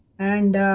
and